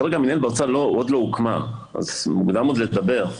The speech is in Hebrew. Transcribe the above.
כרגע המינהלת באוצר עוד לא הוקמה אז מוקדם לדבר.